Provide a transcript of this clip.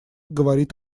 говорит